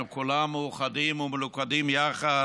וכולנו מאוחדים ומלוכדים יחד